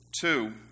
Two